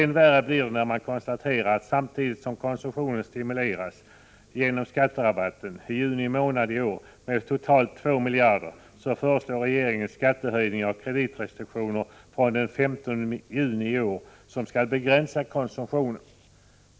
Än värre blir det när man konstaterar att regeringen samtidigt som konsumtionen stimuleras genom skatterabatten i juni månad i år med totalt 2 miljarder föreslår skattehöjningar och kreditrestriktioner från den 15 juni i år som skall begränsa konsumtionen.